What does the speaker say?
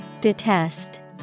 Detest